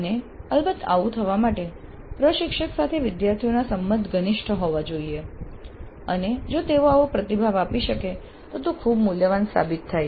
અને અલબત્ત આવું થવા માટે પ્રશિક્ષક સાથે વિદ્યાર્થીઓના સંબંધ ઘનિષ્ઠ હોવા જોઈએ અને જો તેઓ આવો પ્રતિભાવ આપી શકે તો તે ખૂબ મૂલ્યવાન સાબિત થાય છે